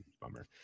bummer